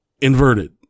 inverted